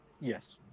Yes